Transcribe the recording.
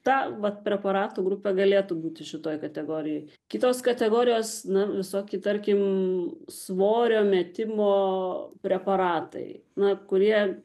ta vat preparatų grupė galėtų būti šitoj kategorijoj kitos kategorijos na visokie tarkim svorio metimo preparatai na kurie